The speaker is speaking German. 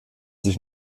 sich